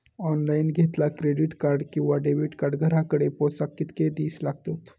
Online घेतला credit card किंवा debit card घराकडे पोचाक कितके दिस लागतत?